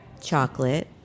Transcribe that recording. Chocolate